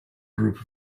group